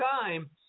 time